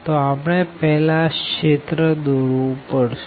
તો આપણને પેહલા આ રિજિયન દોરવું પડશે